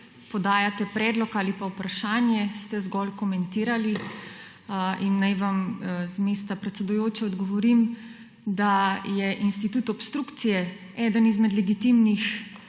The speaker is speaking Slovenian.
podajate predlog ali pa vprašanje, ste zgolj komentirali. In naj vam z mesta predsedujoče odgovorim, da je institut obstrukcije eden izmed legitimnih